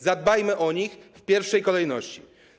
Zadbajmy o nich w pierwszej kolejności.